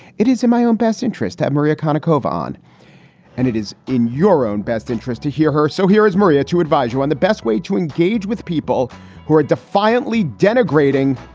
it is in my own best interest. have maria kaneko von and it is in your own best interest to hear her. so here is maria to advise you on the best way to engage with people who are defiantly denigrating